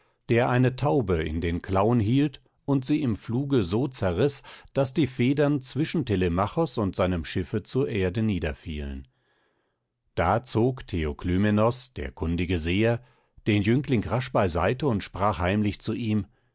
der eine taube in den klauen hielt und sie im fluge so zerriß daß die federn zwischen telemachos und seinem schiffe zur erde niederfielen da zog theoklymenos der kundige seher den jüngling rasch beiseite und sprach heimlich zu ihm